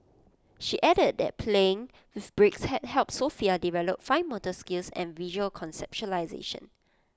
she added that playing with bricks had helped Sofia develop fine motor skills and visual conceptualisation